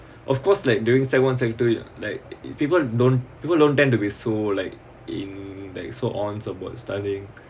of course like during sec~ one sec~ two it like if people don't people don't tend to be so like in like so on about studying